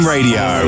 Radio